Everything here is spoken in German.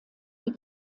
die